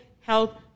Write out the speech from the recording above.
health